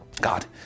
God